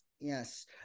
Yes